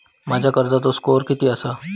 माझ्या कर्जाचो स्कोअर किती आसा?